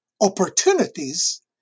opportunities